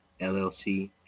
LLC